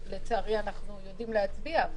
לצערי אנחנו יודעים להצביע,